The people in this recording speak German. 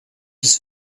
des